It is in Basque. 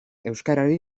euskarari